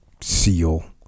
SEAL